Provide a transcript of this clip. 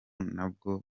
ntabwo